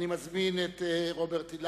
אני מזמין את חבר הכנסת רוברט אילטוב,